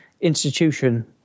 institution